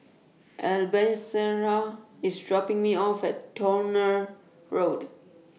IS dropping Me off At Towner Road